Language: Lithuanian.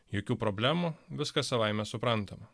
jokių problemų viskas savaime suprantama